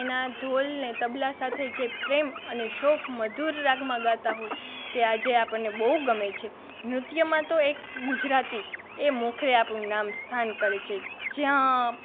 એના ઢોલ ને તબલા સાથે જે પ્રેમ અને શોફ મધુર રાગમાં ગાતા હોય તે આજે આપણને બહુ ગમે છે નૃત્યમાં તો એક ગુજરાતી એ મોખરે આપણું નામ સ્થાન કરે છે જ્યાં